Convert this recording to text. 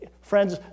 friends